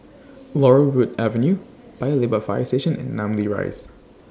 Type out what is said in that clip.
Laurel Wood Avenue Paya Lebar Fire Station and Namly Rise